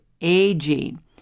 aging